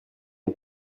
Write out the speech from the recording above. est